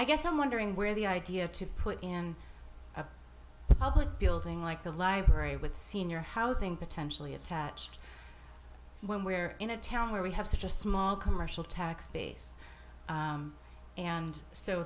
i guess i'm wondering where the idea to put in a public building like the library with senior housing potentially attached when we're in a town where we have such a small commercial tax base and so